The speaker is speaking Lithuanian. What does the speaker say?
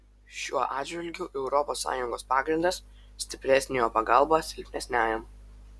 šiuo atžvilgiu europos sąjungos pagrindas stipresniojo pagalba silpnesniajam